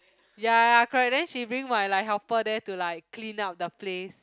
ya ya correct then she bring my like helper there to like clean up the place